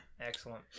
excellent